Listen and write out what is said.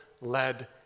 led